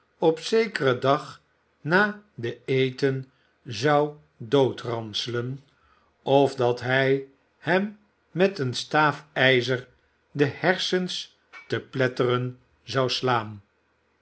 op zekeren dag na den eten zou doodranselen of dat hij hem met eene staaf ijzer de hersens te pletteren zou slaan